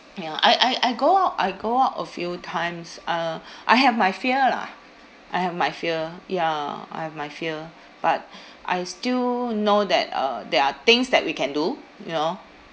ya I I I go out I go out a few times uh I have my fear lah I have my fear ya I have my fear but I still know that uh there are things that we can do you know